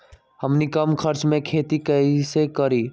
हमनी कम खर्च मे खेती कई से करी?